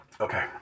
Okay